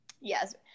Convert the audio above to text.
yes